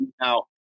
now